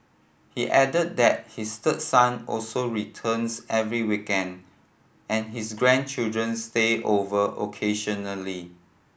he add that his third son also returns every weekend and his grandchildren stay over occasionally